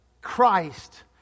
Christ